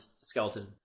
skeleton